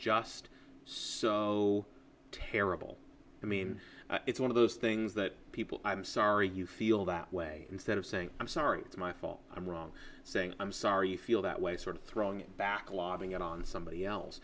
just so terrible i mean it's one of those things that people i'm sorry you feel that way instead of saying i'm sorry it's my fault i'm wrong saying i'm sorry you feel that way sort of throwing it back lobbing it on somebody else